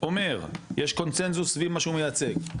אומר יש קונצנזוס סביב מה שהוא מייצג,